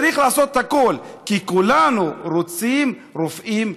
צריך לעשות הכול, כי כולנו רוצים רופאים מוכשרים.